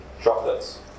chocolates